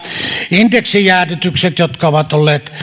indeksijäädytykset jotka ovat olleet